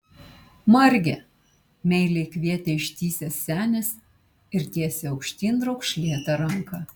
marge meiliai kvietė ištįsęs senis ir tiesė aukštyn raukšlėtą ranką